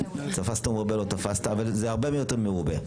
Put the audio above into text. תפסת מרובה לא תפסת, אבל זה הרבה יותר ממרובה.